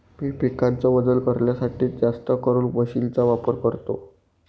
मी पिकाच वजन करण्यासाठी जास्तकरून मशीन चा वापर करतो